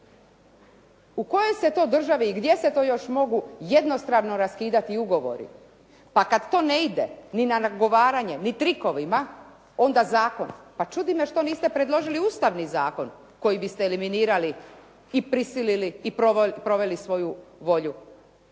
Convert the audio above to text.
U kojoj se to državi i gdje se to još mogu jednostrano raskidati ugovori? Pa kad to ne ide, ni nagovaranje, ni trikovima, onda zakonom. Pa čudi me što niste predložili ustavni zakon koji biste eliminirali i prisilili i proveli svoju volju